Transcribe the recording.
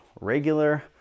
regular